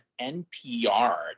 NPR